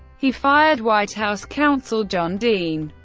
he fired white house counsel john dean,